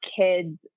kids